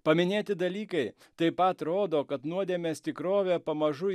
paminėti dalykai taip pat rodo kad nuodėmės tikrovė pamažu